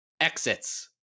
exits